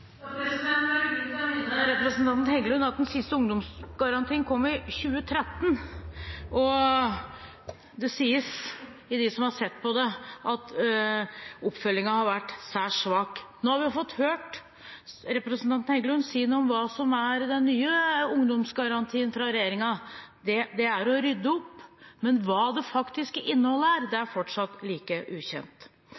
å minne representanten Heggelund om at den siste ungdomsgarantien kom i 2013. Det sies av dem som har sett på det, at oppfølgingen har vært særs svak. Nå har vi fått høre representanten Heggelund si noe om hva som er den nye ungdomsgarantien fra regjeringen – det er å rydde opp. Men hva det faktiske innholdet er,